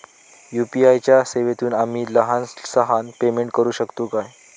UPI च्या सेवेतून आम्ही लहान सहान पेमेंट करू शकतू काय?